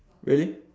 really